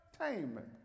entertainment